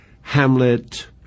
Hamlet